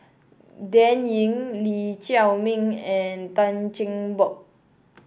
Dan Ying Lee Chiaw Meng and Tan Cheng Bock